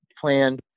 plan